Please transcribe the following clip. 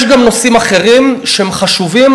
יש גם נושאים אחרים שהם חשובים,